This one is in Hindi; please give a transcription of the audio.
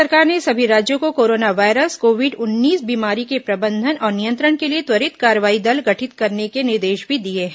केन्द्र सरकार ने सभी राज्यों को कोरोना वायरस कोविड उन्नीस बीमारी के प्रबंधन और नियंत्रण के लिए त्वरित कार्रवाई दल गठित करने के निर्देश भी दिये हैं